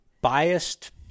biased